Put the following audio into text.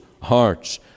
hearts